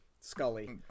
Scully